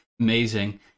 amazing